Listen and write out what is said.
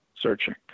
searching